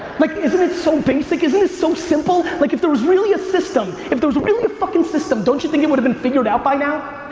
like isn't it so basic? isn't it so simple? like if there was really a system, if there was really a fuckin' system, don't you think it would have been figured out by now?